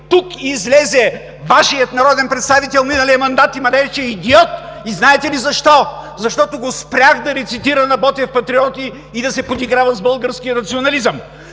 Тук излезе Вашият народен представител в миналия мандат и ме нарече „идиот“. И знаете ли защо? Защото го спрях да рецитира на Ботев „Патриоти“ и да се подиграва с българския национализъм.